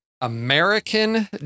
American